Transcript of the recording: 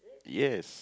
yes